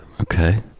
okay